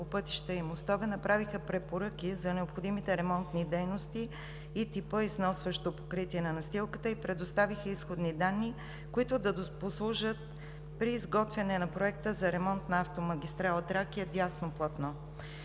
по пътища и мостове направиха препоръки за необходимите ремонтни дейности и типа износващо покритие на настилката и предоставиха изходни данни, които да послужат при изготвяне на Проекта за ремонта на автомагистрала „Тракия“ – дясно платно.